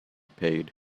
paid